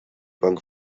bank